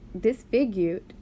disfigured